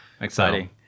Exciting